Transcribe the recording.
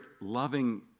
loving